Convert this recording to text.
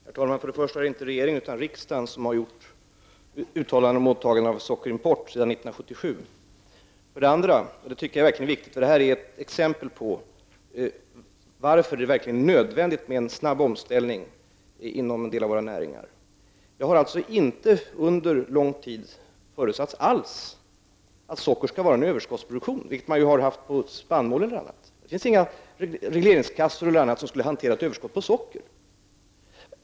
Herr talman! För det första var det inte regeringen utan riksdagen som år 1977 gjorde uttalanden när det gäller åtagandet av en sockerimport. För det andra, och det är ett viktigt exempel på varför det är nödvändigt med en snabb omställning inom en del av våra näringar. För det andra har det under lång tid förutsatts att det inte alls skall vara någon överproduktion av socker, såsom ju varit fallet för spannmål och annat. Det finns inga regleringskassor eller något annat för att hantera ett överskott på socker.